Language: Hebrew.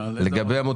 אני עונה לנעמה.